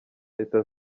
leta